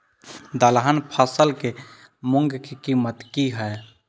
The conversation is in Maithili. दलहन फसल के मूँग के कीमत की हय?